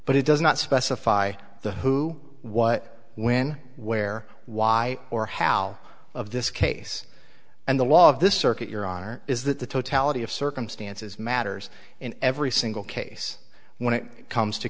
but it does not specify the who what when where why or how of this case and the law of this circuit your honor is that the totality of circumstances matters in every single case when it comes to